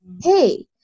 Hey